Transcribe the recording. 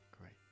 Great